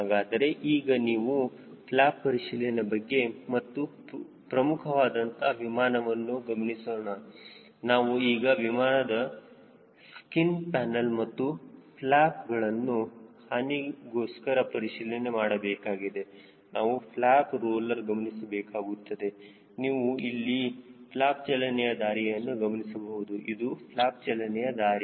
ಹಾಗಾದರೆ ಈಗ ನಾವು ಫ್ಲ್ಯಾಪ್ ಪರಿಶೀಲನೆ ಬಗ್ಗೆ ಮತ್ತು ಪ್ರಮುಖವಾದಂತಹ ವಿಮಾನವನ್ನು ಗಮನಿಸೋಣ ನಾವು ಈಗ ವಿಮಾನದ ಸ್ಕಿನ್ ಪ್ಯಾನಲ್ ಮತ್ತು ಫ್ಲ್ಯಾಪ್ ಗಳನ್ನು ಹಾನಿಗೋಸ್ಕರ ಪರಿಶೀಲನೆ ಮಾಡಬೇಕಾಗಿದೆ ನಾವು ಫ್ಲ್ಯಾಪ್ರೋಲರ್ ಗಮನಿಸಬೇಕಾಗುತ್ತದೆ ನೀವು ಇಲ್ಲಿ ಫ್ಲ್ಯಾಪ್ ಚಲನೆಯ ದಾರಿಯನ್ನು ಗಮನಿಸಬಹುದು ಇದು ಫ್ಲ್ಯಾಪ್ ಚಲನೆಯ ದಾರಿ